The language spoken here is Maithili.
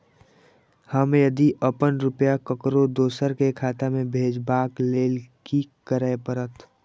हम यदि अपन रुपया ककरो दोसर के खाता में भेजबाक लेल कि करै परत?